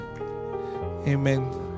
Amen